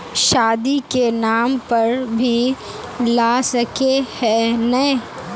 शादी के नाम पर भी ला सके है नय?